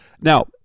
Now